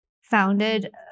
founded